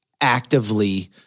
actively